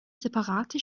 separate